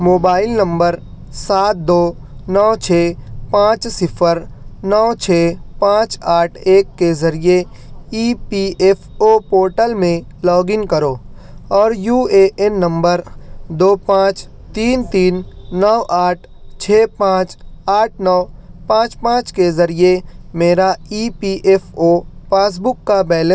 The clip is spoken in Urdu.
موبائل نمبر سات دو نو چھ پانچ صفر نو چھ پانچ آٹھ ایک کے ذریعے E P F O portal میں لاگ ان کرو اور یو اے این نمبر دو پانچ تین تین نو آٹھ چھ پانچ آٹھ نو پانچ پانچ کے ذریعے میرا E P F O passbook کا بیلینس تلاش کرو